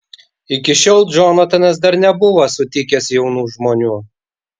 iki šiol džonatanas dar nebuvo sutikęs jaunų žmonių